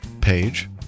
page